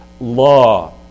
law